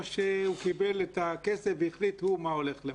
או שהוא קיבל את הכסף והחליט בעצמו מה הולך למה?